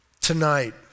Tonight